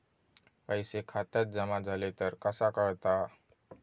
पैसे खात्यात जमा झाले तर कसा कळता?